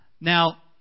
Now